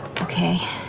okay.